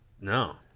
No